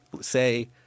say